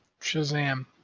Shazam